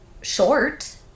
short